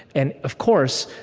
and of course,